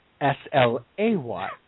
S-L-A-Y